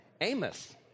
Amos